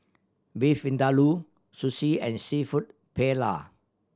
Beef Vindaloo Sushi and Seafood Paella